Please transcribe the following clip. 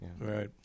Right